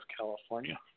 California